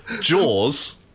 Jaws